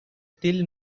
still